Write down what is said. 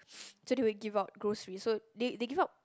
so they will give out groceries so they they give out